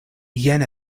jen